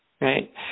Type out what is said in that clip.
right